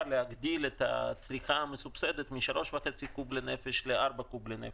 להגדיל את הצריכה המסובסדת מ-3.5 קוב לנפש ל-4 קוב לנפש.